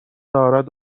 دارد